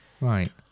Right